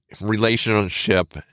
relationship